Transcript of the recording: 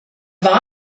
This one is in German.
war